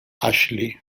ashley